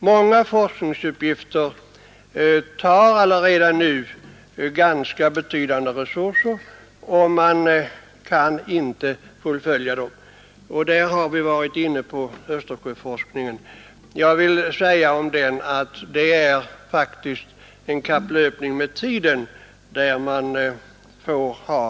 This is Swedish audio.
Många forskningsuppgifter tar redan nu betydande resurser i anspråk. Vi har Nr 73 varit inne på Östersjöforskningen. Jag vill säga om den att det är faktiskt Torsdagen den en kapplöpning med tiden, där man bör få alla resurser.